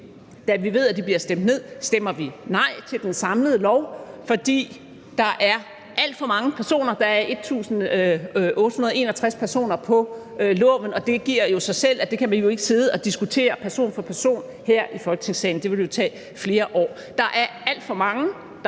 da vi ved, at de bliver stemt ned, stemmer vi nej til det samlede lovforslag. For der er alt for mange personer – der er 1.861 personer – på lovforslaget, og det giver jo sig selv, at vi ikke kan sidde og diskutere det person for person her i Folketingssalen. Det ville jo tage flere år. Der er alt for mange,